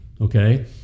okay